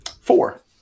Four